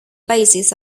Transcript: basis